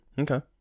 okay